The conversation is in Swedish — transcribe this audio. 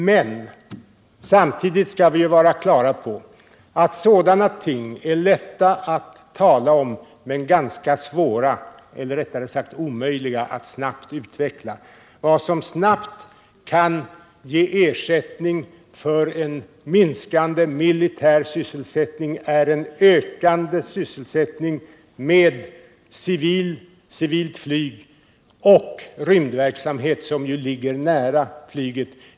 Men samtidigt skall vi ha klart för oss att sådana ting är lätta att tala om men ganska svåra, eller rättare sagt omöjliga, att snabbt utveckla. Vad som snabbt kan ge ersättning för en minskande militär sysselsättning är en ökande sysselsättning med civilt flyg och rymdverksamhet, som ju ligger nära flyget.